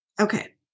Okay